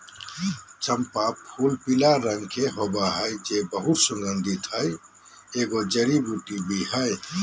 चम्पा फूलपीला रंग के होबे हइ जे बहुत सुगन्धित हइ, एगो जड़ी बूटी भी हइ